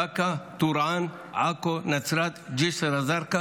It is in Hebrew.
באקה, טורעאן, עכו, נצרת, ג'יסר א-זרקא